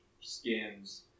skins